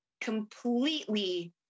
completely